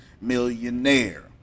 millionaire